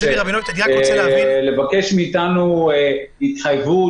לבקש מאיתנו התחייבות?